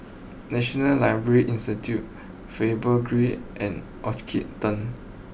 National library Institute Faber Green and Orchard Turn